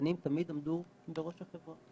הזקנים תמיד עמדו בראש החברה